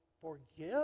forgive